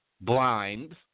blind